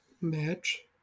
match